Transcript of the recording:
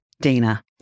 Dana